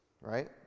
right